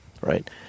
right